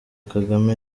kagame